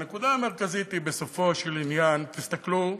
והנקודה המרכזית היא בסופו של עניין, תסתכלו,